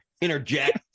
interject